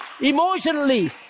emotionally